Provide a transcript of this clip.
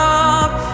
up